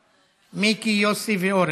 מיקי, יוסי ואורן.